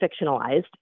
fictionalized